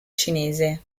cinese